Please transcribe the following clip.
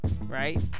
right